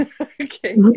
Okay